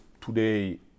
today